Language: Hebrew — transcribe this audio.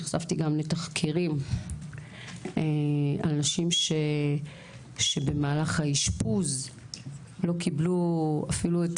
נחשפתי גם לתחקירים על נשים שבמהלך האשפוז לא קיבלו אפילו את